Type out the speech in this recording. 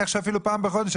- נניח שאפילו פעם בחודש,